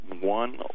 one